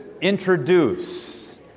introduce